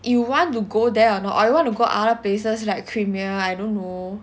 you want to go there or not or you want to go other places like premier I don't know